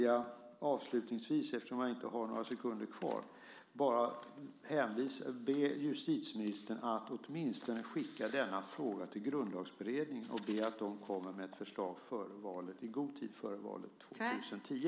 Avslutningsvis - eftersom jag bara har några sekunders talartid kvar - skulle jag bara vilja be justitieministern att åtminstone skicka denna fråga till Grundlagsberedningen och be den komma med ett förslag i god tid före valet 2010.